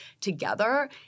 together